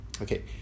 Okay